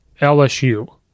LSU